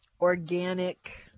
organic